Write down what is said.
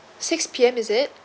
six P_M is it